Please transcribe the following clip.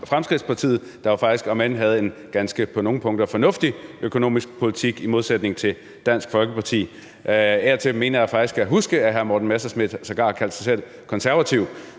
der jo omend faktisk havde en ganske på nogle punkter fornuftig økonomisk politik i modsætning til Dansk Folkeparti, af og til mener jeg faktisk at huske, at hr. Morten Messerschmidt sågar kaldte sig selv konservativ.